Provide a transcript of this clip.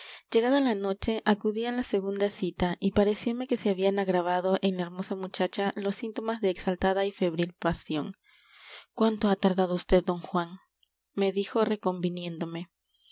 llegada la noche acudí a la segunda cita y pareciome que se habían agravado en la hermosa muchacha los síntomas de exaltada y febril pasión cuánto ha tardado vd d juan me dijo reconviniéndome